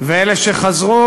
ואלה שחזרו,